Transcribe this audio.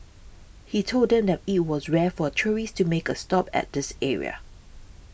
he told them that it was rare for tourists to make a stop at this area